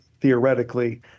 theoretically